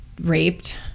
raped